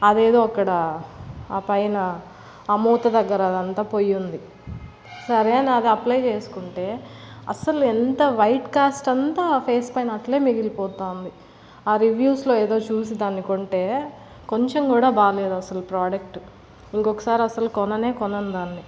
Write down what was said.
అదేదో అక్కడ ఆ పైన ఆ మూత దగ్గర అదంతా పొయ్యి ఉంది సరే అని అది అప్లై చేసుకుంటే అస్సలు ఎంత వైట్ క్యాస్ట్ అంతా ఆ ఫేస్ పైన అట్లే మిగిలి పోతూ ఉంది ఆ రివ్యూస్ లో ఏదో చూసి దాన్ని కొంటే కొంచెం కూడా బాగాలేదు అసలు ప్రొడక్ట్ ఇంకొక సారి అసలు కొననే కొనను దాన్ని